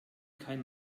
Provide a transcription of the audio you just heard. kein